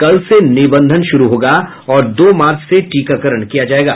कल से निबंधन शुरू होगा और दो मार्च से टीकाकरण किया जायेगा